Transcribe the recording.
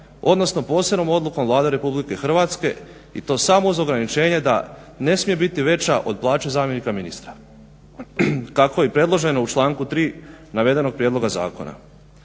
odnosno posebnom odlukom Vlade RH i to samo uz ograničenje da ne smije biti veća od plaće zamjenika ministra kako je i predloženo u članku 3.navedenog prijedloga zakona.